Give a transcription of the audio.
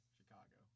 Chicago